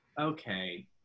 okay